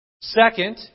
Second